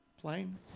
plane